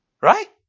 Right